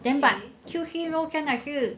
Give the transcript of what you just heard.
then but Q_C role 将来是